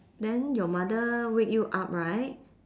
then your mother wake you up right